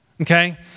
Okay